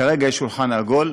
כרגע יש שולחן עגול,